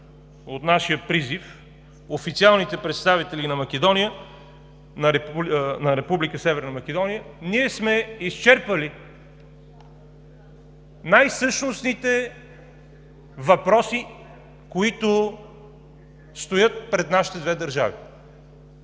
от нашия призив официалните представители на Република Северна Македония, ние сме изчерпали най-същностните въпроси, които стоят пред нашите две държави.